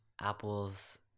Apple's